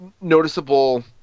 noticeable